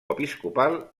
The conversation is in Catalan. episcopal